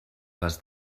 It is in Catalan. les